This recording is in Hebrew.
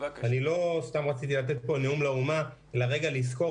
אני לא סתם רציתי לתת פה נאום לאומה אלא לזכור